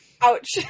Ouch